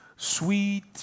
sweet